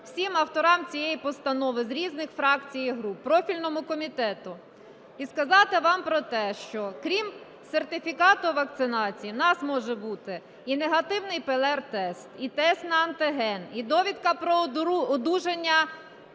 всім авторам цієї постанови з різних фракцій і груп, профільному комітету і сказати вам про те, що крім сертифікату вакцинації у нас може бути і негативний ПЛР-тест, і тест на антиген, і довідка про одужання